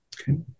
Okay